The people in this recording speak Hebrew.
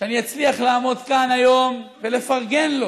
שאני אצליח לעמוד כאן היום ולפרגן לו